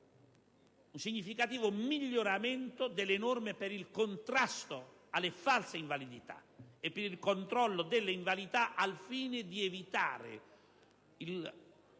un notevole miglioramento delle norme per il contrasto alle false invalidità e per il controllo delle invalidità al fine di evitare il ricorso